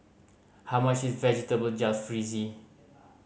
how much is Vegetable Jalfrezi